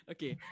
Okay